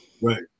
Right